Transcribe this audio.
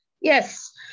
Yes